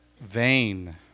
vain